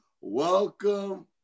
welcome